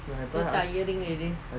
I try ask